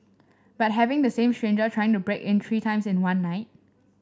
but having the same stranger trying to break in three times in one night